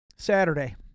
Saturday